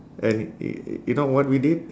and y~ you know what we did